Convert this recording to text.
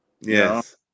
Yes